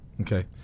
Okay